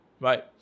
Right